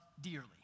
dearly